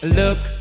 look